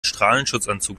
strahlenschutzanzug